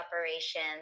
operations